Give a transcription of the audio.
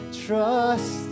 trust